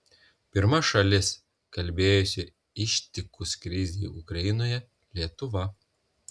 pirma šalis kalbėjusi ištikus krizei ukrainoje lietuva